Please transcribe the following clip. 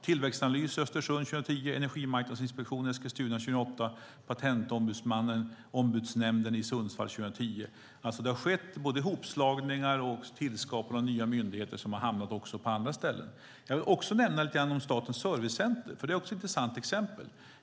Tillväxtanalys hamnade i Östersund 2010, Energimarknadsinspektionen i Eskilstuna 2008 och Patentombudsnämnden i Sundsvall 2010. Det har skett hopslagningar av myndigheter och tillskapande av nya som har hamnat på andra ställen. Jag vill också säga något om Statens servicecenter. Det är också ett intressant exempel.